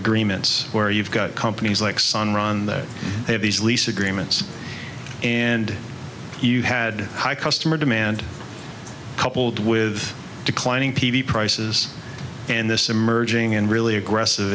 agreements where you've got companies like sun ron that have these lease agreements and you had high customer demand coupled with declining p v prices and this emerging and really aggressive